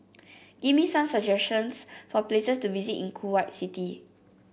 give me some suggestions for places to visit in Kuwait City